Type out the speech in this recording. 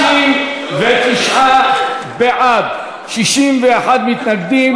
59 בעד, 61 מתנגדים.